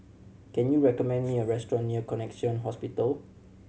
can you recommend me a restaurant near Connexion Hospital